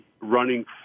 running